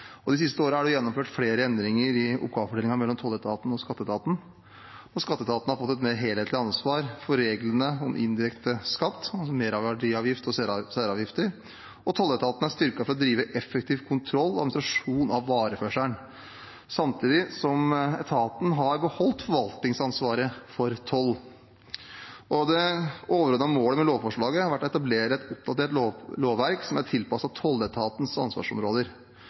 lover. De siste årene er det gjennomført flere endringer i oppgavefordelingen mellom tolletaten og skatteetaten. Skatteetaten har fått et mer helhetlig ansvar for reglene om indirekte skatt, altså merverdiavgift og særavgifter. Tolletaten er styrket for å drive effektiv kontroll og administrasjon av vareførselen, samtidig som etaten har beholdt forvaltningsansvaret for toll. Det overordnede målet med lovforslaget har vært å etablere et oppdatert lovverk som er tilpasset tolletatens ansvarsområder.